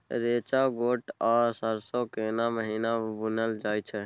रेचा, गोट आ सरसो केना महिना बुनल जाय छै?